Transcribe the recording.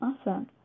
Awesome